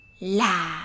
la